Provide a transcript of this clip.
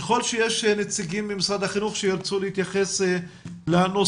ככל שיש נציגים ממשרד החינוך שירצו להתייחס לנושאים,